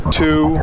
two